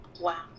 wow